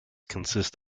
consist